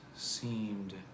seemed